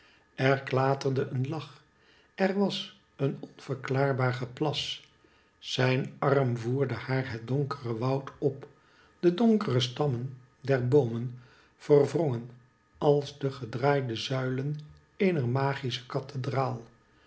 er klaterde een lach er was een onverklaarbaar geplas zijn arm voerde haar het donkere woud op de donkere stammen der boomen verwrongen als de gedraaide zuilen eener magische kathedraal